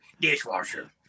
dishwasher